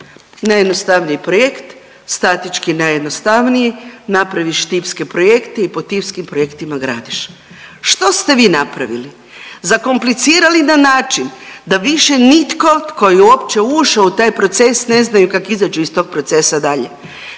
najjednostavniji projekt, statički najjednostavniji napraviš tipske projekte i po tipskim projektima gradiš. Što ste vi napravili? zakomplicirali na način da više nitko tko je uopće ušao na taj proces ne znaju kak izađu iz tog procesa dalje.